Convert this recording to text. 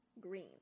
green